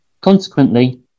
Consequently